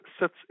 sits